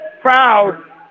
proud